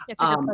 Yes